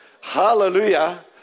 Hallelujah